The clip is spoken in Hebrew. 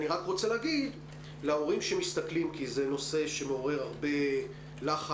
אני רק רוצה להגיד להורים שצופים בנו כי זה נושא שמעורר הרבה לחץ: